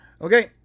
Okay